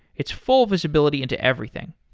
it's full visibility into everything.